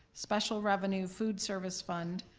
special revenue food service fund,